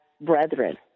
brethren